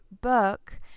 book